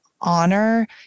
honor